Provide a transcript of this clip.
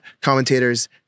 commentators